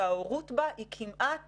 שההורות בה היא כמעט